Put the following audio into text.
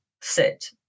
sit